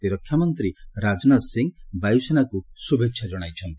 ପ୍ରତିରକ୍ଷା ମନ୍ତ୍ରୀ ରାଜନାଥ ସିଂହ ଏନେଇ ବାୟୁସେନାକୁ ଶୁଭେଚ୍ଛା ଜଣାଇଛନ୍ତି